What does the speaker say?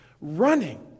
running